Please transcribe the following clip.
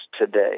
today